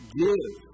give